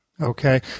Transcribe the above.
Okay